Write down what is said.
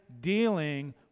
dealing